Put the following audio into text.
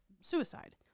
suicide